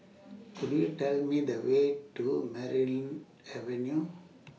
Could YOU Tell Me The Way to Merryn Avenue